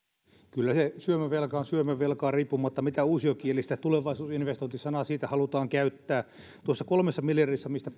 kyllä se syömävelka on syömävelkaa riippumatta siitä mitä uusiokielistä tulevaisuusinvestointi sanaa siitä halutaan käyttää tuossa kolmessa miljardissa mistä